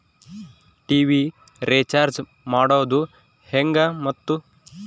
TV recharge ಮಾಡೋದು ಹೆಂಗ ಮತ್ತು?